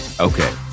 Okay